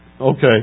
Okay